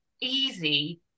easy